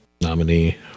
nominee